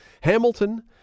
Hamilton